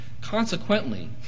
Consequently